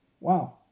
Wow